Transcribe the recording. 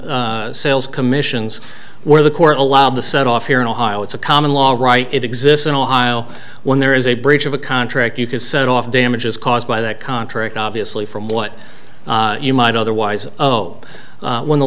sales commissions where the court allowed the set off here in ohio it's a common law right it exists in ohio when there is a breach of a contract you can set off damages caused by that contract obviously from what you might otherwise oh when the